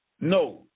No